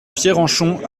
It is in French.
pierrenchon